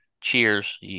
cheers